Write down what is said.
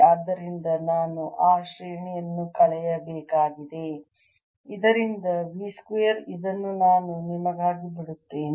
ಆದ್ದರಿಂದ ನಾನು ಆ ಶ್ರೇಣಿಯನ್ನು ಕಳೆಯಬೇಕಾಗಿದೆ ಇದರಿಂದ V ಸ್ಕ್ವೇರ್ ಇದನ್ನು ನಾನು ನಿಮಗಾಗಿ ಬಿಡುತ್ತೇನೆ